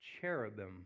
cherubim